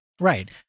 Right